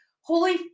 holy